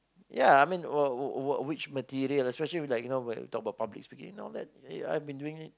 ya I mean or what what what which material especially you know like talk about public speaking I've been doing it